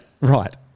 Right